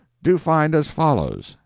do find as follows,